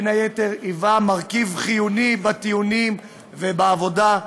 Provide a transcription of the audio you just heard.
בין היתר, היווה מרכיב חיוני בטיעונים ובעבודה.